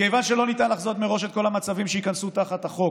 מכיוון שלא ניתן לחזות מראש את כל המצבים שייכנסו תחת החוק,